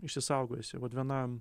išsisaugojusi vat viena